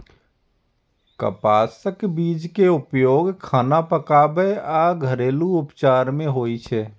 कपासक बीज के उपयोग खाना पकाबै आ घरेलू उपचार मे होइ छै